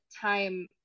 time